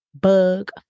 bug